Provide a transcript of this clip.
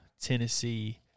Tennessee